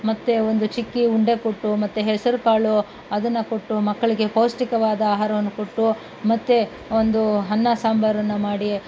ಮತ್ತೆ ಒಂದು ಚಿಕ್ಕಿ ಉಂಡೆ ಕೊಟ್ಟು ಮತ್ತೆ ಹೆಸರುಕಾಳು ಅದನ್ನು ಕೊಟ್ಟು ಮಕ್ಕಳಿಗೆ ಪೌಷ್ಠಿಕವಾದ ಆಹಾರವನ್ನು ಕೊಟ್ಟು ಮತ್ತೆ ಒಂದು ಅನ್ನ ಸಾಂಬಾರನ್ನು ಮಾಡಿ